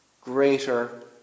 greater